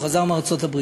הוא חזר מארצות-הברית,